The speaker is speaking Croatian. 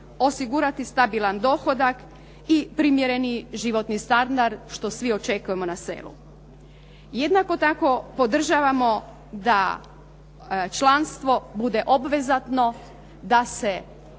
osigurati stabilan dohodak i primjereniji životni standard što svi očekujemo na selu. Jednako tako podržavamo da članstvo bude obvezatno, da se